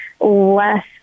less